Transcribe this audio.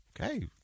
Okay